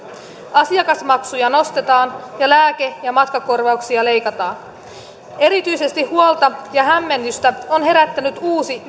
asiakasmaksuja nostetaan ja lääke ja matkakorvauksia leikataan huolta ja hämmennystä on herättänyt erityisesti uusi